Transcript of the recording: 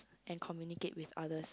and communicate with others